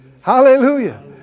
Hallelujah